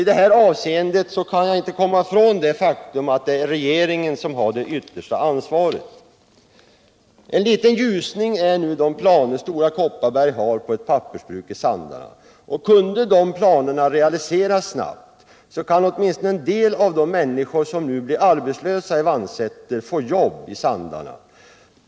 I detta avseende kan jag inte komma ifrån det faktum att det är regeringen som har det yttersta ansvaret. En liten ljusning är de planer Stora Kopparberg har på ett pappersbruk i Sandarne. Om de planerna realiseras snabbt, kan åtminstone en del av de människor som nu blir arbetslösa i Vansäter få jobb i Sandarne.